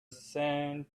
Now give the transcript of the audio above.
sand